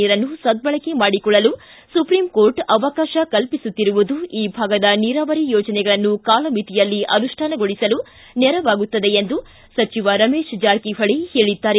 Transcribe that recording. ನೀರನ್ನು ಸದ್ದಳಕೆ ಮಾಡಿಕೊಳ್ಳಲು ಸುಪ್ರಿಂ ಕೋರ್ಟ್ ಅವಕಾಶ ಕಲ್ಲಿಸುತ್ತಿರುವುದು ಈ ಭಾಗದ ನೀರಾವರಿ ಯೋಜನೆಗಳನ್ನು ಕಾಲಮಿತಿಯಲ್ಲಿ ಅನುಷ್ನಾನಗೊಳಿಸಲು ನೆರವಾಗುತ್ತದೆ ಎಂದು ಸಚಿವ ರಮೇಶ ಜಾರಕಿಹೊಳಿ ಹೇಳಿದ್ದಾರೆ